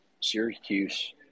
Syracuse